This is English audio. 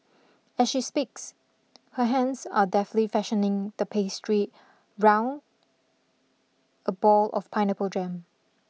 as she speaks her hands are deftly fashioning the pastry round a ball of pineapple jam